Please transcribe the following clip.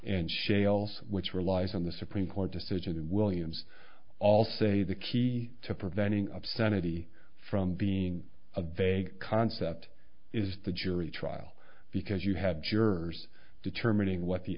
and shales which relies on the supreme court decision that williams all say the key to preventing obscenity from being a vague concept is the jury trial because you had jurors determining what the